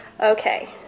Okay